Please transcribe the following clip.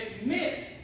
admit